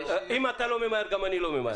אם אתה לא ממהר, גם אני לא ממהר.